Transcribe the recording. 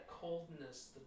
coldness